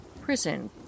prison